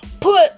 put